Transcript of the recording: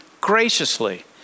graciously